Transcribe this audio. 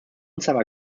saba